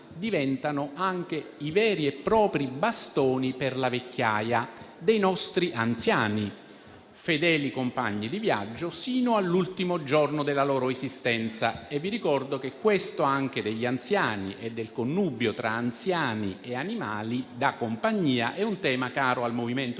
diventano anche i veri e propri bastoni della vecchiaia dei nostri anziani, fedeli compagni di viaggio sino all'ultimo giorno della loro esistenza e vi ricordo che anche questo degli anziani e del connubio tra anziani e animali da compagnia è un tema caro al MoVimento 5